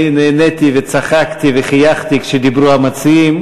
נהניתי וצחקתי וחייכתי כשדיברו המציעים,